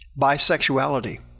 bisexuality